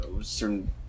certain